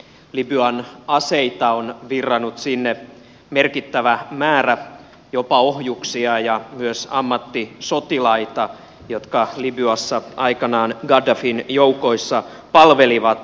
libyan aseita on virrannut sinne merkittävä määrä jopa ohjuksia ja myös ammattisotilaita jotka libyassa aikanaan gaddafin joukoissa palvelivat